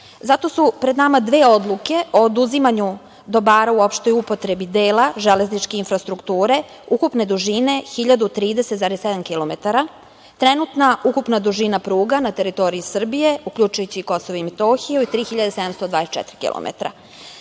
Zato su pred nama dve odluke - o oduzimanju dobara u opštoj upotrebi dela železničke infrastrukture, ukupne dužine 1.030,7 km. Trenutna ukupna dužina pruga na teritoriji Srbije, uključujući i KiM je 3.724